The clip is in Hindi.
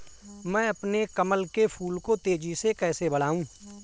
मैं अपने कमल के फूल को तेजी से कैसे बढाऊं?